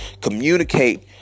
communicate